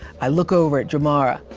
i look over at jamara.